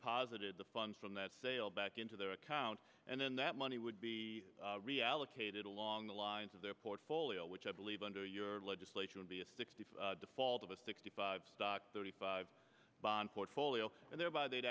posited the funds from that sale back into their account and then that money would be reallocated along the lines of their portfolio which i believe under your legislation would be a sixty five default of a sixty five stock thirty five bond portfolio and thereby they'd